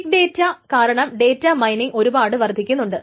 big data കാരണം data mining ഒരുപാട് വർദ്ധിക്കുന്നുണ്ട്